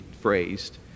phrased